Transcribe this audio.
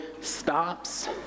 stops